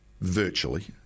virtually